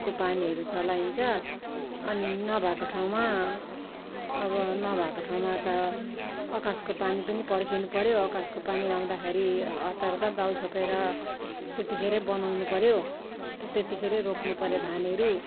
को पानीहरू चलाइन्छ अनि नभएको ठाउँमा अब नभएको ठाउँमा त आकाशको पानी पनि पर्खिनुपऱ्यो अकाशको पानी आउँदाखेरि हतारहतार त्यतिखेरै दाउ छोप्नुपऱ्यो त्यतिखेरै रोप्नुपऱ्यो धानहेरू